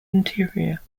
interior